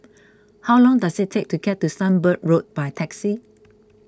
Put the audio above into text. how long does it take to get to Sunbird Road by taxi